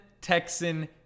Texan